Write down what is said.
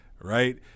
Right